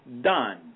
done